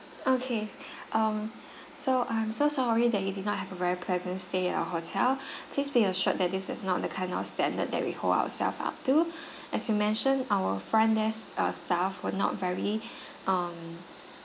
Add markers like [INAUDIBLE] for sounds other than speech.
okay [BREATH] um so I'm so sorry that you did not have a very pleasant stay at our hotel [BREATH] please be assured that this is not the kind of standard that we hold ourselves up to [BREATH] as you mentioned our front desk uh staff were not very [BREATH] um